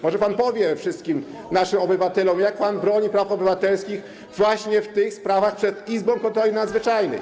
Może pan powie wszystkim naszym obywatelom, jak pan bronił praw obywatelskich właśnie w tych sprawach przed izbą kontroli nadzwyczajnej?